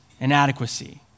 inadequacy